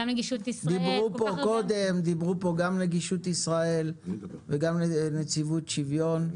דיברו כאן קודם גם נגישות ישראל וגם נציבות שוויון.